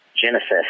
Genesis